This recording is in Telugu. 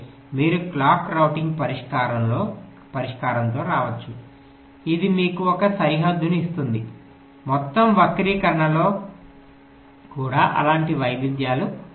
మీరు క్లాక్ రౌటింగ్ పరిష్కారంతో రావచ్చు ఇది మీకు ఒక సరిహద్దును ఇస్తుంది మొత్తం వక్రీకరణలో కూడా అలాంటి వైవిధ్యాలు ఉంటాయి